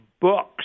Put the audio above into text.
books